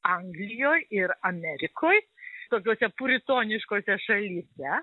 anglijoj ir amerikoj tokiose puritoniškose šalyse